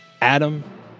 Adam